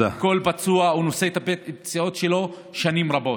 כל פצוע נושא את הפציעות שלו שנים רבות.